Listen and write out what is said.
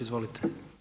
Izvolite.